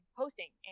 posting